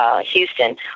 Houston